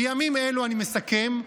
בימים אלה אני מסכם,